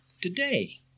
today